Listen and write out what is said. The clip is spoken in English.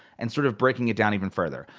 and sort of breaking it down even further.